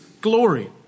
glory